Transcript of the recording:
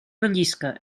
rellisca